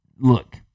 Look